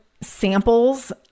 samples